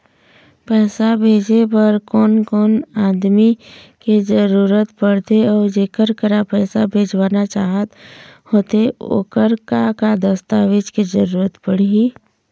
पैसा भेजे बार कोन कोन आदमी के जरूरत पड़ते अऊ जेकर करा पैसा भेजवाना चाहत होथे ओकर का का दस्तावेज के जरूरत पड़ही?